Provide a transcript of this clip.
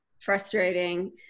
frustrating